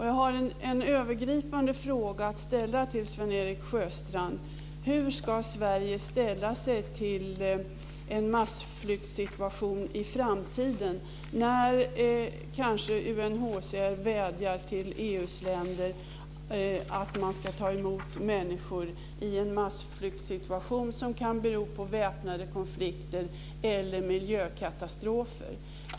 Jag har en övergripande fråga att ställa till Sven Erik Sjöstrand: Hur ska Sverige ställa sig till en massflyktsituation i framtiden, när UNHCR kanske vädjar till EU:s länder att ta emot människor i en massflyktsituation som kan bero på väpnade konflikter eller miljökatastrofer?